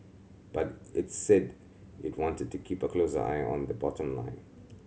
but it's said it wanted to keep a closer eye on the bottom line